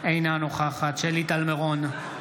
אינה נוכחת שלי טל מירון,